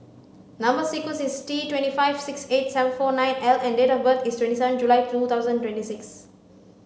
number sequence is T twenty five six eight seven four nine L and date of birth is twenty seven July two thousand and twenty six